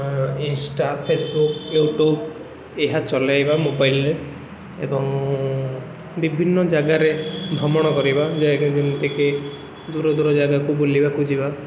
Insta Facebook YouTube ଏହା ଚଲାଇବା ମୋବାଇଲ୍ରେ ଏବଂ ବିଭିନ୍ନ ଜାଗାରେ ଭ୍ରମଣ କରିବା ଯାହାକି ଯେମିତି କି ଦୂର ଦୂର ଜାଗାକୁ ବୁଲିବାକୁ ଯିବା